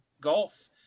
Gulf